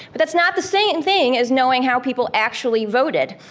but that's not the same thing as knowing how people actually voted.